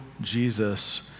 Jesus